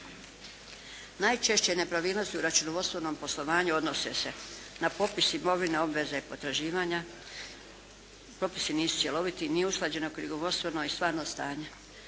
Najčešće nepravilnosti u računovodstvenom poslovanju odnose se na popis imovine, obveze i potraživanja. Propisi nisu cjeloviti. Nije usklađeno knjigovodstveno i stvarno stanje.